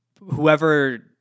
whoever